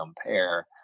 compare